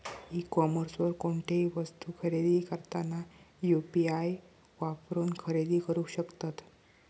E कॉमर्सवर कोणतीही वस्तू खरेदी करताना यू.पी.आई वापरून खरेदी करू शकतत